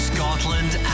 Scotland